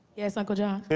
yes, uncle john?